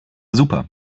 super